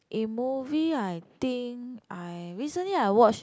in movie I think I recently I watch